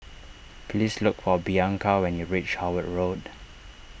please look for Bianca when you reach Howard Road